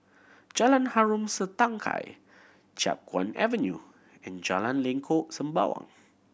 Jalan Harom Setangkai Chiap Guan Avenue and Jalan Lengkok Sembawang